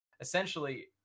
essentially